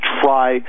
try